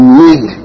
need